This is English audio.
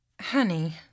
Honey